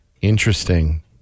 interesting